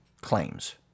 claims